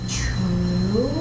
true